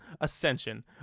Ascension